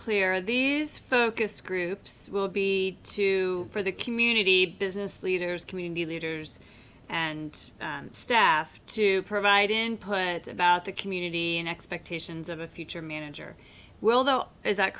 clear these focus groups will be two for the community business leaders community leaders and staff to provide input about the community and expectations of a future manager well though is that